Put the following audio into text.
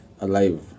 alive